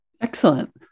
Excellent